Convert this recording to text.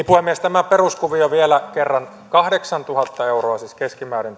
puhemies tämä peruskuvio vielä kerran kahdeksantuhatta euroa siis keskimäärin